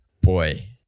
boy